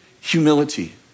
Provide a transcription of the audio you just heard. humility